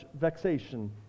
vexation